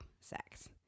sex